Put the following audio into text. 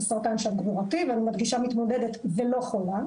סרטן שד גרורתי ואני מדגישה מתמודדת ולא חולה,